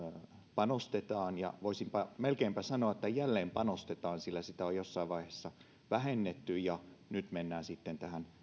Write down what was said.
panostetaan ja voisinpa melkein sanoa että jälleen panostetaan sillä sitä on jossain vaiheessa vähennetty ja nyt mennään sitten tähän